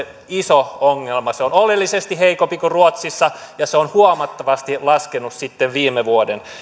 se iso ongelma se on oleellisesti heikompi kuin ruotsissa ja se on huomattavasti laskenut sitten viime vuoden